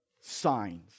signs